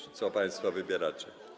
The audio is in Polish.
Co państwo wybieracie?